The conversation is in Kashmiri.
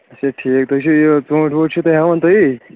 اچھا ٹھیٖک تُہۍ چھِو یہِ ژوٗنٹھۍ ووٗنٹھۍ چھِو تُہۍ ہیوان تُہی